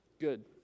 Good